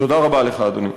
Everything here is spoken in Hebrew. תודה רבה לך, אדוני.